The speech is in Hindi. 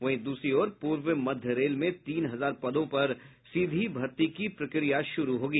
वहीं दूसरी ओर पूर्व मध्य रेल में तीन हजार पदों पर सीधी भर्ती की प्रक्रिया शुरू होगी